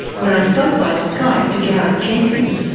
when i spoke by skype to gareth jenkins,